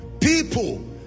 people